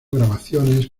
grabaciones